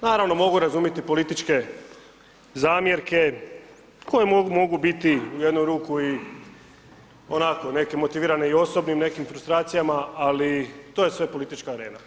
Naravno, mogu razumjeti političke zamjerke, koje mogu biti u jednu ruku i onako, neke motivirane i osobnim nekim frustracijama, ali to je sve politička arena.